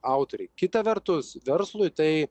autoriai kita vertus verslui tai